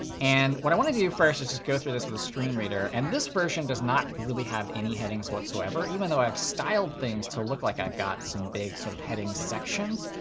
and what i want to do first is just go through this with a screen reader. and this version does not really have any headings whatsoever, even though i have styled things to look like i've got some big sort of headings sections.